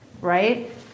right